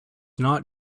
not